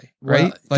Right